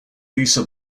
lisa